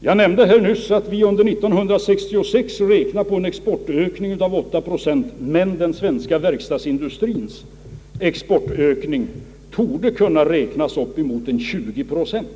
Jag nämnde nyss att vi under 1966 räknar med en exportökning på 8 procent, men den svenska verkstadsindustriens exportökning torde kunna beräknas till upp emot 20 procent.